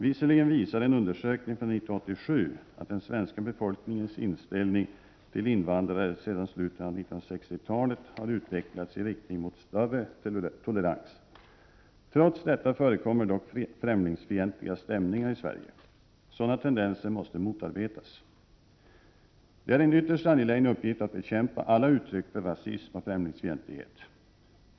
Visserligen visar en undersökning från 1987 att den svenska befolkningens inställning till invandrare sedan slutet av 1960-talet har utvecklats i riktning mot större tolerans. Trots detta förekommer dock främlingsfientliga stämningar i Sverige. Sådana tendenser måste motarbetas. Det är en ytterst angelägen uppgift att bekämpa alla uttryck för rasism och främlingsfientlighet.